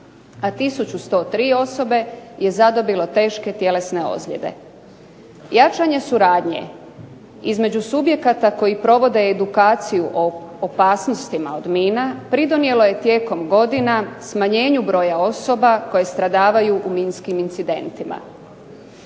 103 osobe je zadobilo teške tjelesne ozljede. Jačanje suradnje između subjekata koji provode edukaciju o opasnostima od mina pridonijelo je tijekom godina smanjenju broja osoba koje stradavaju u minskim incidentima.